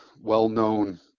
well-known